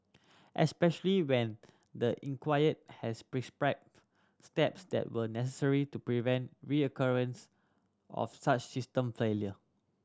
especially when the inquiry has steps that were necessary to prevent of such system failure